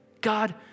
God